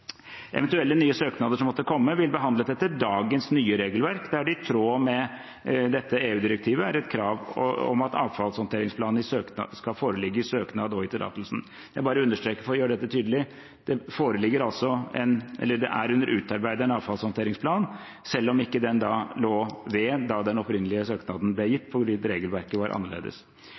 Eventuelle nye søknader som måtte komme, vil bli behandlet etter dagens nye regelverk, der det i tråd med dette EU-direktivet er et krav om at avfallshåndteringsplan skal foreligge i søknaden og i tillatelsen. Jeg understreker, for å gjøre dette tydelig: Det er under utarbeidelse en avfallshåndteringsplan selv om den ikke lå ved da den opprinnelige søknaden ble gitt, fordi regelverket da var annerledes.